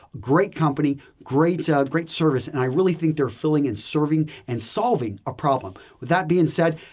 great company, great great service and i really think they're filling and serving and solving a problem. with that being said,